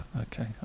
Okay